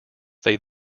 they